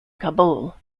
kabul